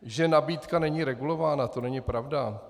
Že nabídka není regulována, to není pravda.